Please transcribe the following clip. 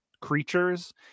creatures